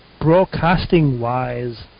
broadcasting-wise